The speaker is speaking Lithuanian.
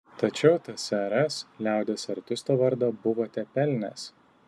tačiau tsrs liaudies artisto vardą buvote pelnęs